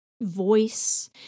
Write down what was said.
voice